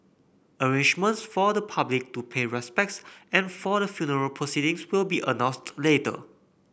arrangements for the public to pay respects and for the funeral proceedings will be announced later